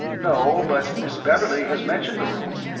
no, but miss beverley has mentioned the room.